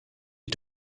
you